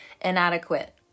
inadequate